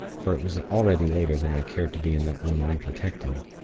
for it was already later than i cared to be in that room unprotected.